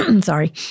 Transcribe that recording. sorry